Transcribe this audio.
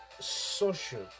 social